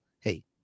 hey